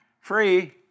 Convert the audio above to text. free